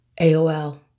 AOL